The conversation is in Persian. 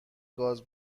گاز